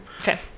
okay